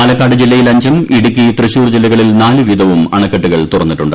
പാലക്കാട് ജില്ലയിൽ അഞ്ചും ഇടുക്കി തൃശൂർ ജില്ലകളിൽ നാലുവീതവും അണക്കെട്ടുകൾ തുറന്നിട്ടുണ്ട്